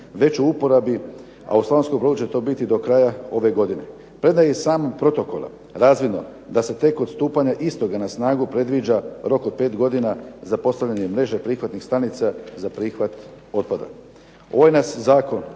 već u uporabi, a u Slavonskom Brodu će to biti do kraja ove godine. Premda je i samim protokolom razvidno da se tek od stupanja istoga na snagu predviđa rok od pet godina za postavljanje mreže prihvatnih stanica za prihvat otpada. Ovaj nas zakon